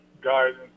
guidance